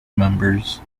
members